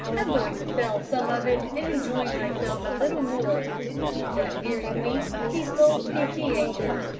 i'm going to sell some of it, and enjoy myself a little more that very week he sold fifty acres,